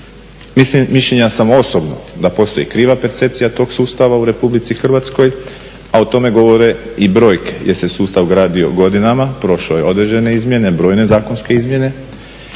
dobro. Mišljenja sam osobno da postoji kriva percepcija tog sustava u RH, a o tome govore i brojke jer se sustav gradio godinama, prošao je određene izmjene, brojne zakonske izmjene